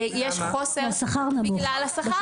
יש חוסר בגלל השכר כנראה.